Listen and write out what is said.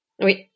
oui